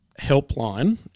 Helpline